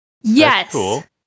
Yes